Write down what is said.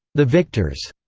the victors,